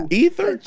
ether